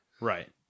Right